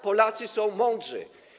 Polacy są mądrzy.